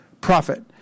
profit